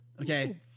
Okay